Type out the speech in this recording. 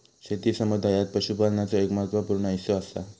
शेती समुदायात पशुपालनाचो एक महत्त्व पूर्ण हिस्सो असा